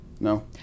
No